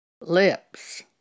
lips